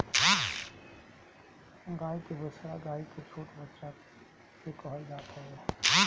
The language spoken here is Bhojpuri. गाई के बछड़ा गाई के छोट बच्चा के कहल जात हवे